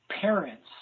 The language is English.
parents